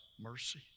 mercy